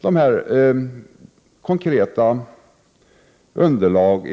det kommer fram ett konkret underlag.